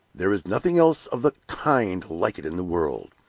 there is nothing else of the kind like it in the world!